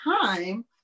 time